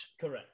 correct